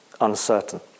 uncertain